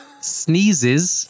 Sneezes